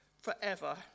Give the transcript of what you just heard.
forever